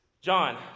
John